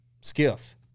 skiff